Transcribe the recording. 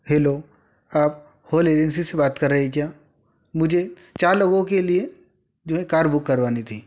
hello आप होल agency से बात कर रहे हैं क्या मुझे चार लोगों के लिए जो है कार बुक करवानी थी